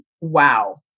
wow